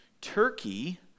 Turkey